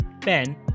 Ben